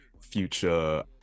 future